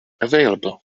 available